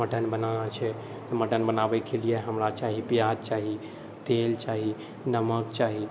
mutton बनाना छै mutton बनाबैके लिए हमरा चाही प्याज चाही तेल चाही नमक चाही